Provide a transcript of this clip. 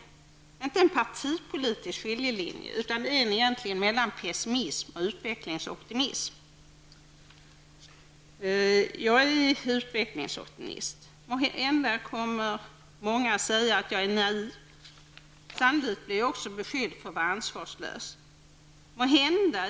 Det är egentligen inte en partipolitisk skiljelinje, utan en skiljelinje mellan pessimism och utvecklingsoptimism. Jag är utvecklingsoptimist. Måhända kommer många att säga att jag är naiv, men samtidigt blir jag också beskylld för att vara ansvarslös.